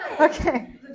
okay